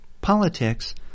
politics